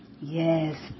Yes